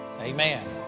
Amen